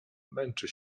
męczę